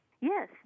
Yes